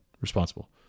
responsible